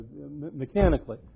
mechanically